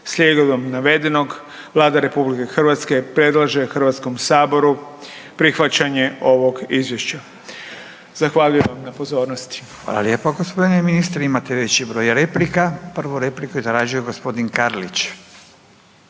Slijedom navedenog Vlada Republike Hrvatske predlaže Hrvatskom saboru prihvaćanje ovog Izviješća. Zahvaljujem vam na pozornosti. **Radin, Furio (Nezavisni)** Hvala lijepa gospodine ministre. Imate … /ne razumije se/… broj replika. Prvu repliku je tražio gospodin Karlić.